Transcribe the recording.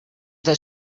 that